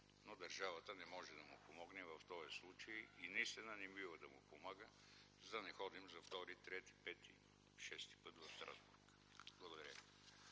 но държавата не може да му помогне в този случай и наистина не бива да му помага, за да не ходим за втори-трети-пети-шести път в Страсбург. Благодаря